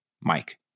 Mike